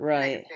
Right